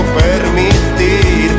permitir